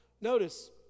Notice